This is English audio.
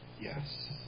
yes